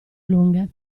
lunghe